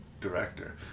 director